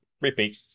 Repeat